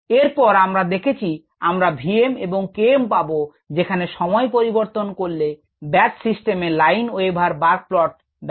এরপর আমরা দেখেছি আমরা Vm এবং Km পাব যেখানে সময় পরিবর্তন করলে ব্যাচ সিস্টেমে লাইন ওয়েভার বার্ক প্লট ব্যবহার করে